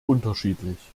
unterschiedlich